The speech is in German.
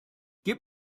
gib